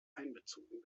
einbezogen